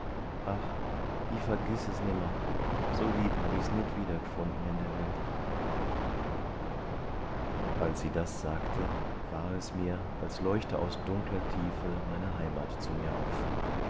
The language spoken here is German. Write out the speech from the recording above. ach i vergiß es nimmer so lieb hab ich's nit wieder g'funden in der welt als sie das sagte war es mir als leuchte aus dunkler tiefe meine heimat zu mir auf